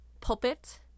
pulpit